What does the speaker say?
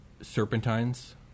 serpentines